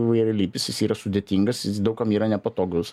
įvairialypis jis yra sudėtingas jis daug kam yra nepatogus